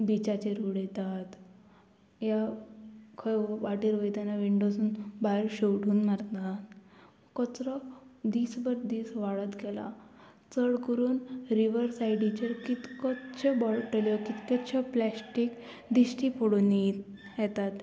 बिचाचेर उडयतात या खंय वाटेर वयताना विंडोसून भायर शेंवटून मारतात कचरो दीसभर दीस वाडत गेला चड करून रिवर सायडीचेर कितकोचश्यो बोटल्यो कितकोचश्यो प्लास्टीक दिश्टी पडून येत येतात